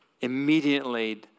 immediately